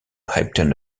obtain